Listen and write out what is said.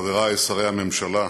חברי שרי הממשלה,